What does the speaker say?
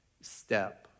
step